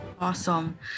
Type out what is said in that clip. Awesome